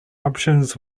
options